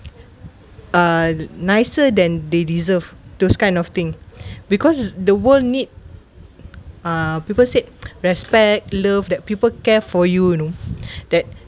uh nicer than they deserved those kind of thing because the world need uh people said respect love that people care for you you know that